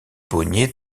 bonnier